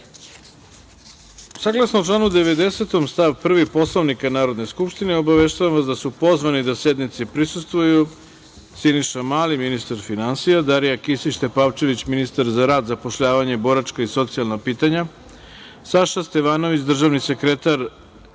sednice. Saglasno članu 90. stav 1. Poslovnika Narodne skupštine, obaveštavam vas da su pozvani da sednici prisustvuju Siniša Mali, ministar finansija, Darija Kisić Tepavčević, ministar za rad, zapošljavanje, boračka i socijalna pitanja, Saša Stevanović, državni sekretar